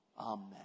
Amen